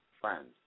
friends